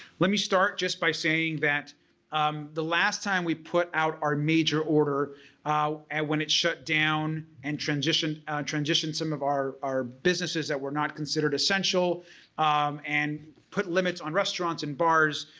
let me start just by saying that um the last time we put out our major order and when it shut down and transitioned transitioned some of our our businesses that were not considered essential and put limits on restaurants and bars,